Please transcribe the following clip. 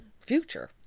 future